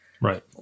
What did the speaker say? Right